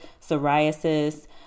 psoriasis